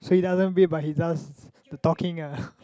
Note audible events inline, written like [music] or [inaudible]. so he doesn't bake but he does the talking ah [breath]